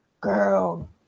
girl